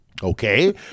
Okay